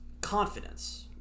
confidence